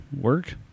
work